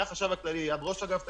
מהחשב הכללי עד ראש אגף תקציבים,